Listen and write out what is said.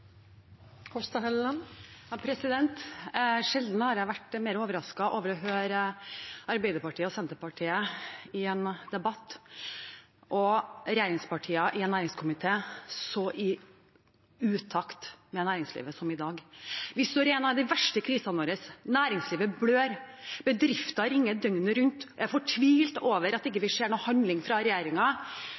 Senterpartiet i en debatt og regjeringspartier i en næringskomité så i utakt med næringslivet som i dag. Vi står i en av de verste krisene våre. Næringslivet blør. Bedrifter ringer døgnet rundt og er fortvilte over at vi ikke ser noe handling fra